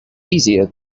easier